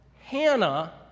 Hannah